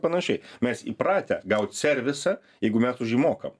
panašiai mes įpratę gaut servisą jeigu mes už jį mokam